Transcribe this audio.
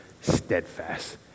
steadfast